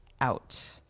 out